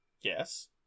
yes